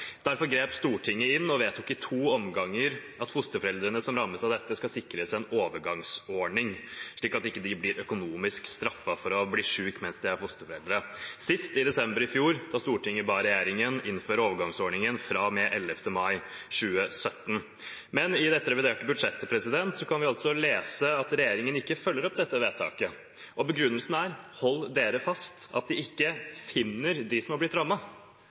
Derfor grep Stortinget inn og vedtok i to omganger at fosterforeldrene som rammes av dette, skal sikres en overgangsordning, slik at de ikke blir økonomisk straffet for å bli syke mens de er fosterforeldre – sist i desember i fjor, da Stortinget ba regjeringen innføre overgangsordningen fra og med 11. mai 2017. I dette reviderte budsjettet kan vi altså lese at regjeringen ikke følger opp vedtaket. Begrunnelsen er – hold dere fast – at de ikke finner dem som er blitt